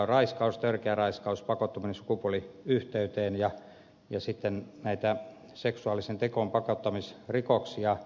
on raiskaus törkeä raiskaus pakottaminen sukupuoliyhteyteen ja sitten näitä seksuaaliseen tekoon pakottamisrikoksia